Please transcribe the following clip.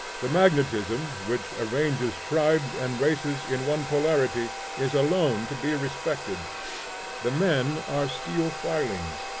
the magnetism which arranges tribes and races in one polarity is alone to be respected the men are steel-filings.